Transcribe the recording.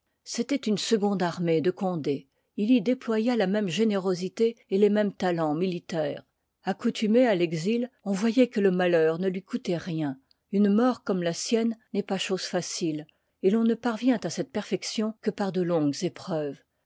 une seconde armée de condé il y déploya la même générosité et les mêmes talens militaires accoutumé à fexil on voyoit que le malheur ne lui coûtoit rien une mort comme la sienne n'est pas chose facile et ton ne parvient à cette perfection que par de longues épreuves